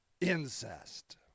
incest